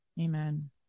Amen